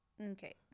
Okay